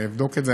אבדוק את זה.